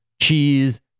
cheese